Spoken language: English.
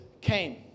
came